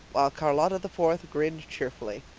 while charlotta the fourth grinned cheerfully.